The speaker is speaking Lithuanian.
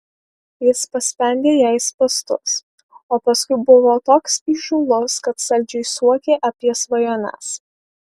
jis paspendė jai spąstus o paskui buvo toks įžūlus kad saldžiai suokė apie svajones